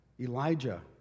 Elijah